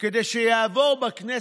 כדי שיעבור בכנסת,